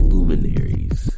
Luminaries